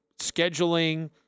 scheduling